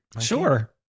Sure